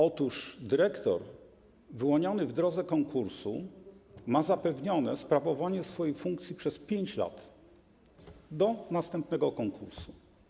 Otóż dyrektor wyłoniony w drodze konkursu ma zapewnione sprawowanie swojej funkcji przez 5 lat, do następnego konkursu.